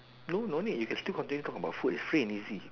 no no need you can still continue to talk about food is free and easy